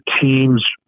teams